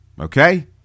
Okay